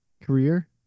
career